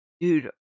Dude